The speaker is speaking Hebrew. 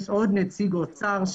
ויש עוד נציג אוצר.